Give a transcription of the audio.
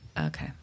Okay